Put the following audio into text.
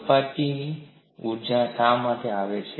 સપાટીની ઊર્જા શા માટે આવે છે